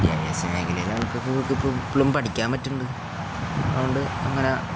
അതുകൊണ്ട്